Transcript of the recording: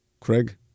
Craig